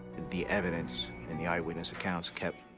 the evidence and the eyewitness accounts kept